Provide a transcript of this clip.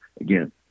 Again